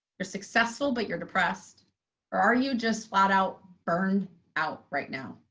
you're successful, but you're depressed. or are you just flat out burned out right now?